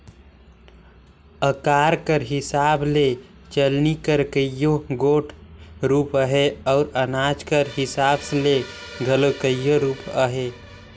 अकार कर हिसाब ले चलनी कर कइयो गोट रूप अहे अउ अनाज कर हिसाब ले घलो कइयो रूप अहे